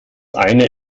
eine